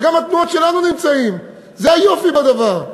וגם התנועות שלנו נמצאות, זה היופי בדבר.